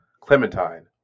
Clementine